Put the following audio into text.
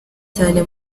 cyane